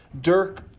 Dirk